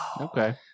Okay